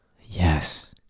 Yes